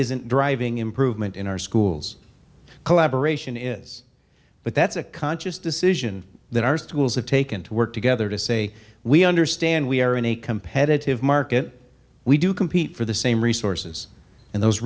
isn't driving improvement in our schools collaboration is but that's a conscious decision that our schools have taken to work together to say we understand we are in a competitive market we do compete for the same resources and those